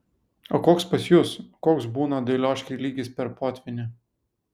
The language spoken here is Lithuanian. o koks pas jus koks būna dailioškėj lygis per potvynį